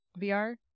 VR